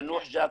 ינוח ג'ת,